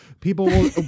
People